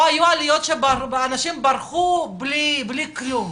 או היו עליות שאנשים ברחו בלי כלום